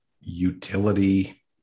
utility